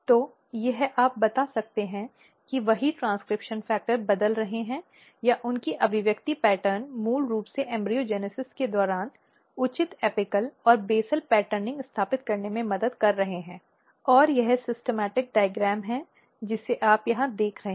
तो यह आप बता सकते हैं कि वही ट्रेन्स्क्रिप्शन फैक्टर बदल रहे हैं या उनके अभिव्यक्ति पैटर्न मूल रूप से भ्रूणजनन के दौरान उचित एपिक और बेसल पैटर्निंग स्थापित करने में मदद कर रहे हैं और यह योजनाबद्ध आरेख है जिसे आप यहां देख सकते हैं